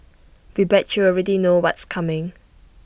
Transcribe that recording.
we bet you already know what's coming